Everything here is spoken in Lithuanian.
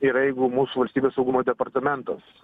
ir jeigu mūsų valstybės saugumo departamentas